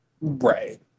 right